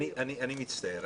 אני מצטער.